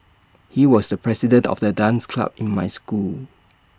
he was the president of the dance club in my school